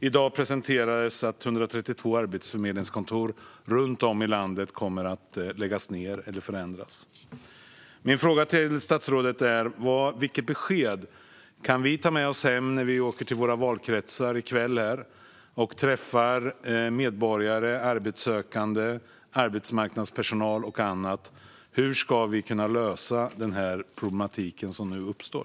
I dag presenterades nyheten att 132 arbetsförmedlingskontor runt om i landet kommer att läggas ned eller förändras. Min fråga till statsrådet är vilket besked vi kan ta med oss när vi i kväll åker hem till våra valkretsar och träffar medborgare, arbetssökande, arbetsförmedlingspersonal och andra. Hur ska vi kunna lösa den problematik som nu uppstår?